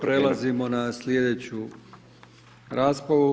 Prelazimo na slijedeću raspravu.